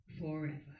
forever